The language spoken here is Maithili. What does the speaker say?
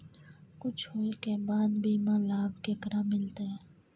कुछ होय के बाद बीमा लाभ केकरा मिलते?